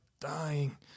dying